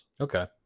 Okay